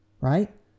Right